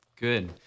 Good